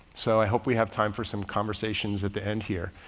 so i hope we have time for some conversations at the end here.